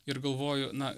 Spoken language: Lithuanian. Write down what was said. ir galvoju na